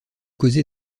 causer